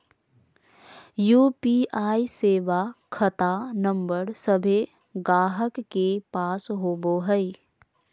UPI सेवा खता नंबर सभे गाहक के पास होबो हइ